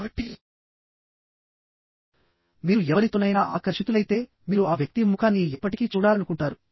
కాబట్టి మీరు ఎవరితోనైనా ఆకర్షితులైతే మీరు ఆ వ్యక్తి ముఖాన్ని ఎప్పటికీ చూడాలనుకుంటారు